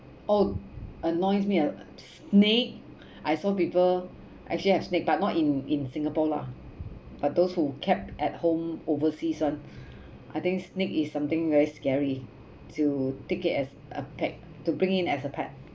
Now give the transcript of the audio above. oh annoys me ah snake I saw people actually have snake but not in in singapore lah but those who kept at home overseas one I think snake is something very scary to take it as a pet to bring in as a pet